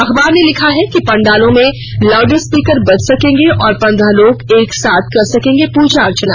अखबार ने लिखा है पंडालों में लाउडस्पीकर बज सकेंगे और पंद्रह लोग एक साथ कर सकेंगे पूजा अर्चना